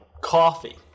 coffee